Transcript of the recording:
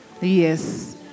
yes